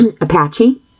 Apache